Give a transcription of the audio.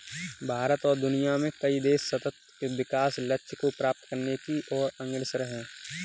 भारत और दुनिया में कई देश सतत् विकास लक्ष्य को प्राप्त करने की ओर अग्रसर है